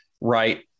Right